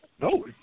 No